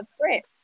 great